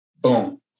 Boom